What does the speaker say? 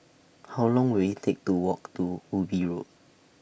How Long Will IT Take to Walk to Ubi Road